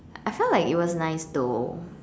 I felt like it was nice though